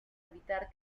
evitar